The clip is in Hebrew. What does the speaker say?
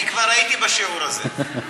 אני כבר הייתי בשיעור הזה.